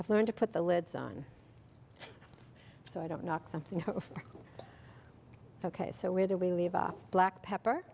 i've learned to put the lids on so i don't knock something ok so where do we leave off black pepper